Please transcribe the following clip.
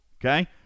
okay